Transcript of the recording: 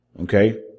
Okay